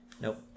Nope